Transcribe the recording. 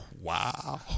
wow